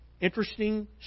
interesting